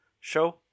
show